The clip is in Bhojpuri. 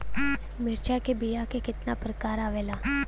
मिर्चा के बीया क कितना प्रकार आवेला?